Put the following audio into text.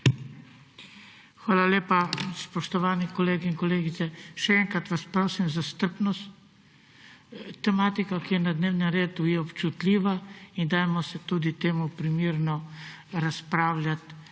Hvala lepa. Spoštovani kolegi in kolegice, še enkrat vas prosim za strpnost. Tematika, ki je na dnevnem redu, je občutljiva in dajmo tudi temu primerno razpravljati